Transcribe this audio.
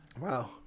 Wow